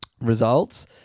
results